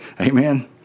Amen